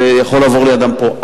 זה יכול לעבור לידם פה.